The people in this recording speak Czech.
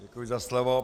Děkuji za slovo.